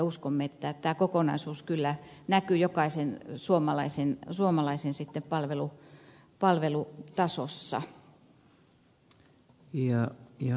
uskomme että tämä kokonaisuus kyllä näkyy jokaisen suomalaisen palvelutasossa